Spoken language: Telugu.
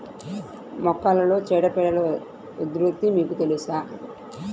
మొక్కలలో చీడపీడల ఉధృతి మీకు తెలుసా?